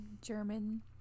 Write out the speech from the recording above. German